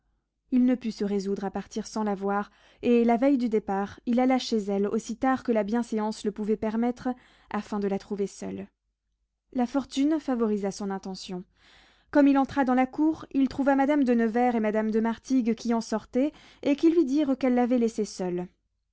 il ne put se résoudre à partir sans la voir et la veille du départ il alla chez elle aussi tard que la bienséance le pouvait permettre afin de la trouver seule la fortune favorisa son intention comme il entra dans la cour il trouva madame de nevers et madame de martigues qui en sortaient et qui lui dirent qu'elles l'avaient laissée seule